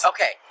Okay